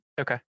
Okay